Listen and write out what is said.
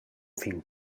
fin